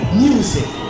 music